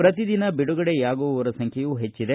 ಪ್ರತಿದಿನ ಬಿಡುಗಡೆಯಾಗುವವರ ಸಂಖ್ಯೆಯೂ ಹೆಚ್ಚಿದೆ